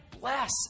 bless